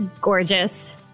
gorgeous